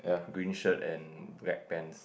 green shirt and black pants